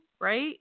right